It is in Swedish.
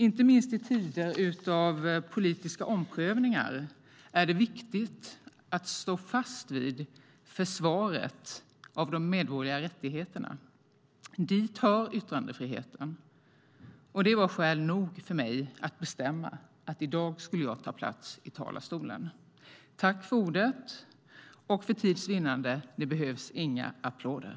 Inte minst i tider av politiska omprövningar är det är viktigt att stå fast vid försvaret av de medborgerliga rättigheterna. Dit hör yttrandefriheten, och det var skäl nog för mig att bestämma att i dag skulle jag ta plats i talarstolen. Tack för ordet! Och för tids vinnande: Det behövs inga applåder.